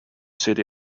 city